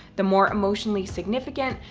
the more emotionally significant,